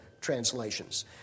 translations